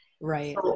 Right